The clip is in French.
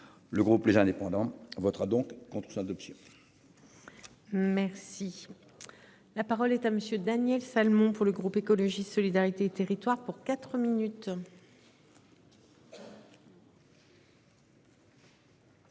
Le groupe les indépendants votera donc contre son adoption. Merci. La parole est à Monsieur Daniel Salmon pour le groupe écologiste solidarité et territoires pour 4 minutes.